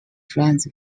friends